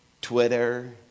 Twitter